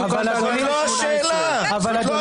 זו לא השאלה בכלל.